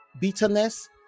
bitterness